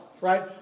Right